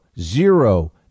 zero